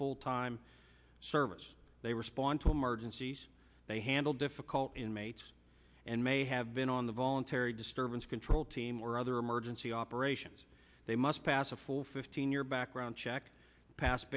full time service they respond to emergencies they handle difficult inmates and may have been on the voluntary disturbance control team or other emergency operations they must pass a full fifteen year background check pas